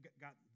got